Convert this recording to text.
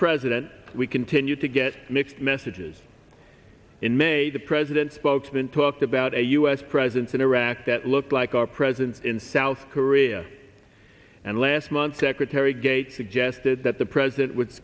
president we continue to get mixed messages in may the president's spokesman talked about a u s presence in iraq that looked like our presence in south korea and last month secretary gates suggested that the president was